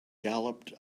galloped